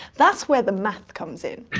that's where the math comes in.